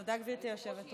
תודה, גברתי היושבת-ראש.